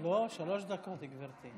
לא, שלוש דקות, גברתי.